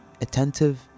attentive